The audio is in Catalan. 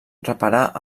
reparar